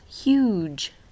huge